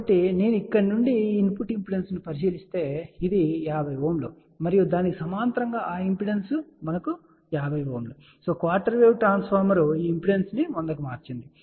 కాబట్టి నేను ఇక్కడ నుండి ఇన్పుట్ ఇంపిడెన్స్ను పరిశీలిస్తే ఇది 50 Ω మరియు దానికి సమాంతరంగా ఆ ఇంపిడెన్స్ మనకు 50 Ω క్వార్టర్ వేవ్ ట్రాన్స్ఫార్మర్ ఈ ఇంపిడెన్స్ను 100 కి మార్చింది